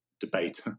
debate